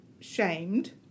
shamed